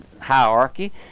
hierarchy